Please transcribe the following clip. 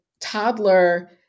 toddler